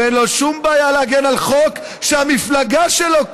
ואין לו שום בעיה להגן על חוק שהמפלגה שלו,